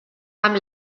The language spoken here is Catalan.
amb